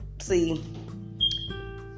See